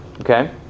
okay